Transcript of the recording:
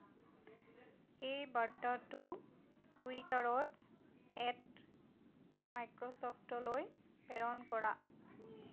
এই বাৰ্তাটো টুইটাৰত এট মাইক্ৰ'চ'ফ্টলৈ প্ৰেৰণ কৰা